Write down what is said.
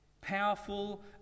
Powerful